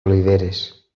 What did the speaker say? oliveres